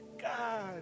God